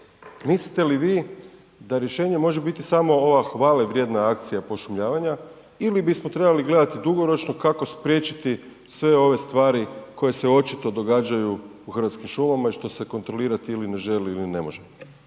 Mislite li vi da rješenje može biti samo ova hvalevrijedna akcija pošumljavanja ili bismo trebali gledati dugoročno kako spriječiti sve ove stvari koje se očito događaju u Hrvatskim šumama i što se kontrolirati ili ne želi ili ne može?